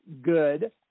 good